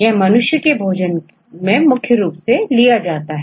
यह मनुष्य के भोजन में मुख्य रूप से लिया जाता है